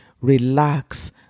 Relax